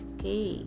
Okay